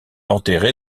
enterré